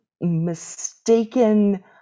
mistaken